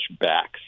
backs